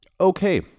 Okay